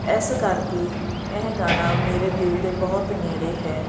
ਇਸ ਕਰਕੇ ਇਹ ਗਾਣਾ ਮੇਰੇ ਦਿਲ ਦੇ ਬਹੁਤ ਨੇੜੇ ਹੈ